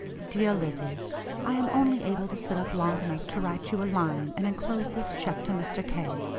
dear lizzie i am only able to sit up long enough to write you a line and enclose this check to mr. k.